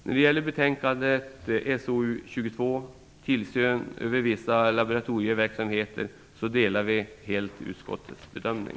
När det gäller betänkande SoU22 om tillsyn över vissa laboratorieverksamheter delar vi helt utskottets bedömning.